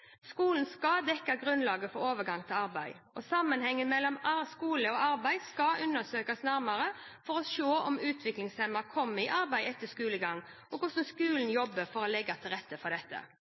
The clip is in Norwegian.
Skolen skal dekke grunnlaget for overgang til arbeid, og sammenhengen mellom skole og arbeid skal undersøkes nærmere for å se om utviklingshemmede kommer i arbeid etter skolegang, og hvordan skolen jobber for å legge til rette for dette.